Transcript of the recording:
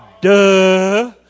Duh